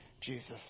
Jesus